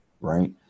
right